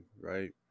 right